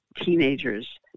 teenagers